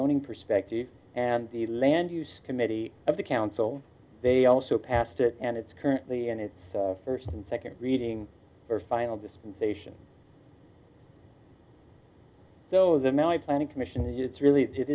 zoning perspective and the land use committee of the council they also passed it and it's currently and it's first and second reading for final dispensation so the military commission it's really it